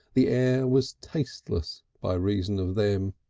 the air was tasteless by reason of them.